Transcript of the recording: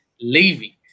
leaving